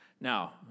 Now